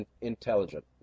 intelligent